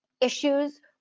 issues